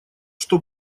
что